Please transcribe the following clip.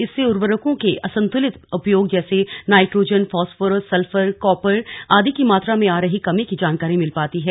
इससे उर्वरकों के असंतुलित उपयोग जैसे नाइट्रोजन फॉस्फोरस सल्फर कॉपर आदि की मात्रा में आ रही कमी की जानकारी मिल पाती है